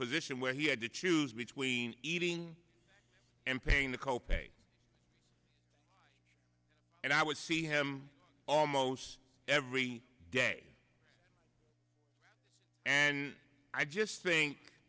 position where he had to choose between eating and paying the co pay and i would see him almost every day and i just think